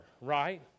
right